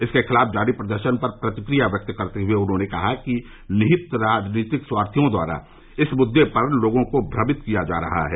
इस के खिलाफ जारी प्रदर्शन पर प्रतिक्रिया व्यक्त करते हुए उन्हॉने कहा कि निहित राजनीतिक स्वार्थियों द्वारा इस मुद्दे पर लोगों को भ्रमित किया जा रहा है